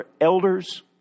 elders